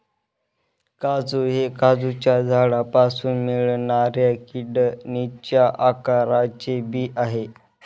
काजू हे काजूच्या झाडापासून मिळणाऱ्या किडनीच्या आकाराचे बी आहे